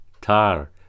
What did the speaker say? Tar